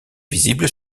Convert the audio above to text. visible